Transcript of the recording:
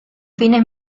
fines